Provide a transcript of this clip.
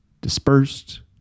dispersed